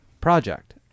project